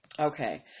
Okay